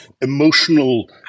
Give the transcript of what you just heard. emotional